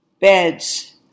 beds